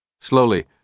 Slowly